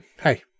hey